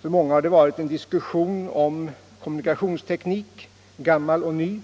För många har det varit en diskussion om kommunikationsteknik, gammal och ny.